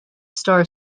star